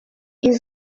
این